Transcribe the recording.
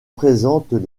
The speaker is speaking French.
présentent